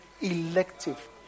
elective